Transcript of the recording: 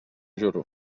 juro